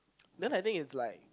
then I think it's like